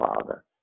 Father